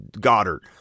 Goddard